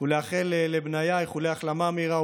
ולאחל לבניה איחולי החלמה מהירה,